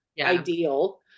ideal